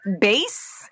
base